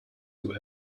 you